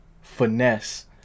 finesse